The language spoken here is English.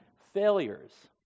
failures